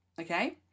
okay